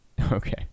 okay